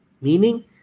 Meaning